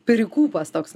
pirikūpas toks